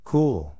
Cool